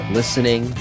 listening